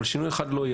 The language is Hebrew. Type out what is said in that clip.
אבל שינוי אחד לא יהיה.